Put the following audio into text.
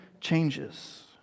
changes